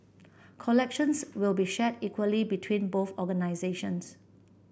collections will be shared equally between both organisations